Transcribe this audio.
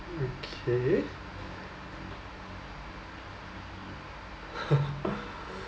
okay